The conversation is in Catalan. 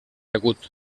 agut